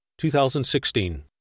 2016